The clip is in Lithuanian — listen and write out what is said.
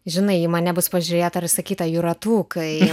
žinai į mane bus pažiūrėta ir pasakyta jūratukai